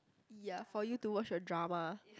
ya for you to watch your drama